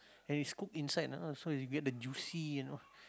and is cooked inside ah so you get the juicy you know